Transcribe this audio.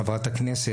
חבר הכנסת,